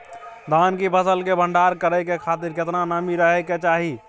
धान की फसल के भंडार करै के खातिर केतना नमी रहै के चाही?